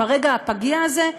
ברגע הפגיע הזה,